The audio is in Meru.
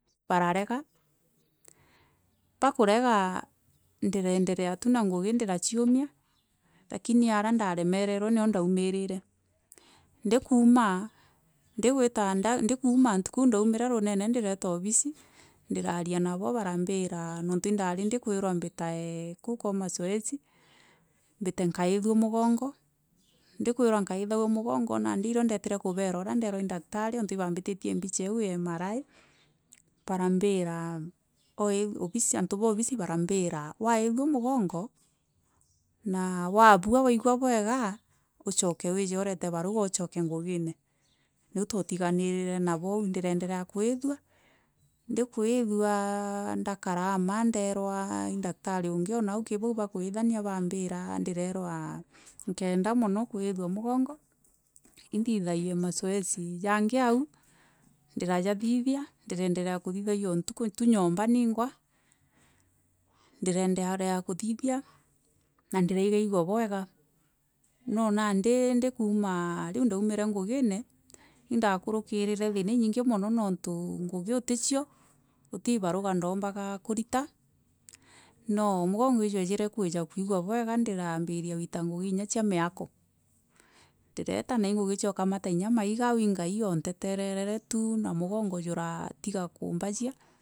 Bararega, bakurega ndirenderea tu na ngugi ndiraciumia lakini aria ndaremerero nio ndaumirire ndikuuma nduguita ntuku iu ndaumire ruunene ndireeta obisi ndiraaria nabo barambira niuntu indari ndikwirwa mbitage kuo kwa masoesi mbite nkaithue mugongo ndikwirwa kaithajue mugongo nandi irio ndaitire kubeera uria ndeerwa i daktari niuntu ibaambititie mbica iu e MRI barambiira antu ba obisi barambira waithua mugongo na waabua waigua bwega ucooke wije urete baruga ucooke ngugine niu twatigenire nabo ou ndiraenderea kuithua ndikaithua ndakara ama ndeerwa ii daktari ungi o nau bakaithania baambira ndiraerwa nkeenda mono kuithea mugongo inthithagie mazoezi jangi au ndirajathithia ndiraendelea kuthithagia ntuku tu nyomba niingwa ndiraendelea kuthithia na ndiraigua igua bwega no nandi ndikuuma riu ndaumire ngugine indakurukiire thiina inyinge mono niuntu ngugi uticio uti ibaruga ndaumbaga kurita no mugongo ijwaumbire kuumba kuigua bwega ndirumbiria kuita ngugi inya cia miako, ndireeta na i ngugi cia ukamata maiga au i ngai unteterere tu na mugongo juratiga kumbajia.